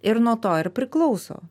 ir nuo to ir priklauso